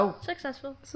Successful